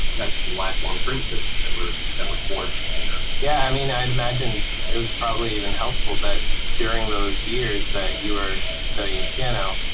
that's the lifelong friendships that were that were forged there. yeah, i mean, i'd imagine it was probably even helpful that during those years that you are studying piano,